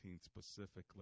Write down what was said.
specifically